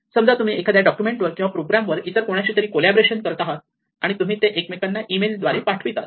समजा तुम्ही एखाद्या डॉक्युमेंट किंवा प्रोग्रामवर इतर कोणाशी तरी कॉलाबोरेशन सहयोग करत आहात आणि तुम्ही ते एकमेकांना ईमेलद्वारे पाठवतात